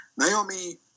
Naomi